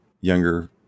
younger